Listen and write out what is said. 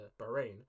Bahrain